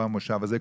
כבר במושב הזה.